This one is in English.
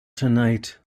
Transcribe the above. tonight